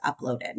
uploaded